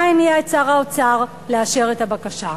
מה הניע את שר האוצר לאשר את הבקשה?